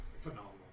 phenomenal